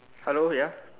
hello ya